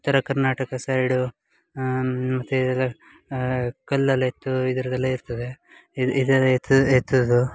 ಉತ್ತರ ಕರ್ನಾಟಕ ಸೈಡು ಮತ್ತು ಎಲ್ಲ ಕಲ್ಲೆಲ್ಲ ಎತ್ತು ಇದರದ್ದೆಲ್ಲ ಇರ್ತದೆ ಇದು ಇದೆಲ್ಲ ಎತ್ತುದು ಎತ್ತುದು